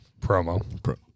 Promo